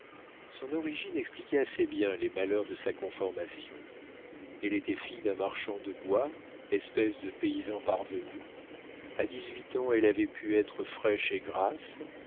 son origine expliquait assez bien les malheurs de sa conformation elle était fille d'un marchand de bois espèce de paysan parvenu a dix-huit ans elle avait pu être fraîche et grasse